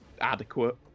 adequate